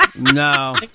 no